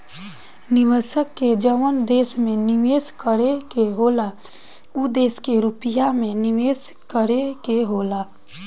निवेशक के जवन देश में निवेस करे के होला उ देश के रुपिया मे निवेस करे के होला